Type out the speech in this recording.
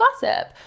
gossip